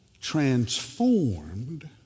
transformed